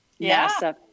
NASA